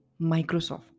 Microsoft